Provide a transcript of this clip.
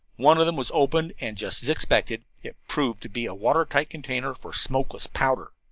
one of them was opened, and, just as expected, it proved to be a water-tight container for smokeless powder!